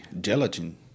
gelatin